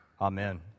Amen